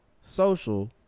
social